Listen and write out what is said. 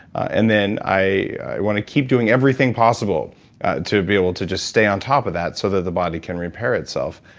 and then i want to keep doing everything possible to be able to just stay on top of that so that body can repair itself.